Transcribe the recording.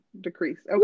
decrease